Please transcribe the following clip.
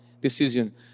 decision